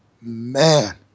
man